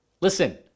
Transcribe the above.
listen